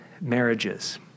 marriages